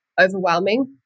overwhelming